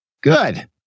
Good